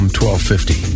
1250